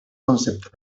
conceptos